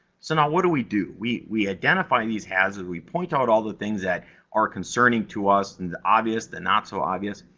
so, now what do we do we we identify these hazards. we point out all the things that are concerning to us, and the obvious, the not so obvious.